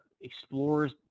explores